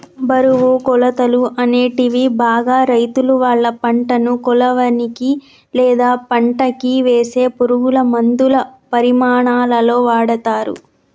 బరువు, కొలతలు, అనేటివి బాగా రైతులువాళ్ళ పంటను కొలవనీకి, లేదా పంటకివేసే పురుగులమందుల పరిమాణాలలో వాడతరు